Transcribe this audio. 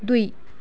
दुई